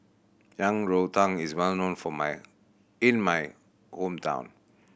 Yang Rou Tang is well known for my in my hometown